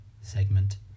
segment